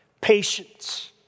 Patience